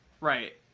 right